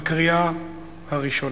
בקריאה ראשונה.